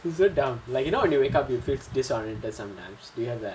it's damn dumn like you know when you wake up you feel disoriented sometimes do you have that